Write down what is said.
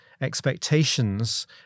expectations